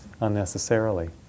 unnecessarily